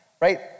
Right